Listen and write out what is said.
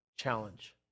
challenge